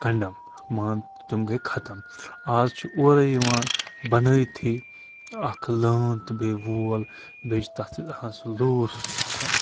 کَنڈَم مان تِم گٔے ختم آز چھُ اورَے یِوان بَنٲیتھے اکھ لٲن تہٕ بیٚیہِ وول بیٚیہِ چھِ تتھ سۭتۍ آسان سُہ لوٗر سُہ چھِ آسان